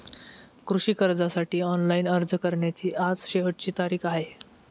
कृषी कर्जासाठी ऑनलाइन अर्ज करण्याची आज शेवटची तारीख आहे